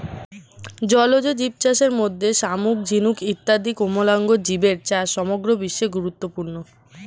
জলজীবচাষের মধ্যে শামুক, ঝিনুক ইত্যাদি কোমলাঙ্গ জীবের চাষ সমগ্র বিশ্বে গুরুত্বপূর্ণ